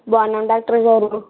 బాగున్నాను డాక్టర్ గారు